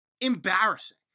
Embarrassing